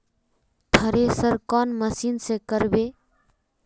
Thresher कौन machine से करबे?